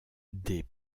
des